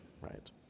right